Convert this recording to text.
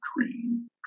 dream